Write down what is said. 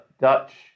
Dutch